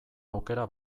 aukera